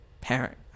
parent